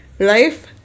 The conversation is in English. Life